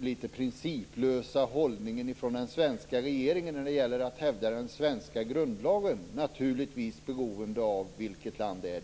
litet principlösa hållningen från den svenska regeringen när det gäller att hävda den svenska grundlagen naturligtvis beroende av vilket land det är.